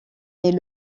est